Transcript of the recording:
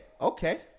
Okay